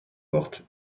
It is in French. porte